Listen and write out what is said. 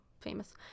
famous